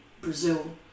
Brazil